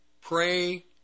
pray